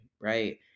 right